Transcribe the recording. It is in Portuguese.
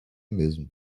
mesmo